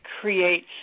creates